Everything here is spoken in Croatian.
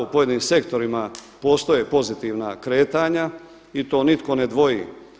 U pojedinim sektorima postoje pozitivna kretanja i to nitko ne dvoji.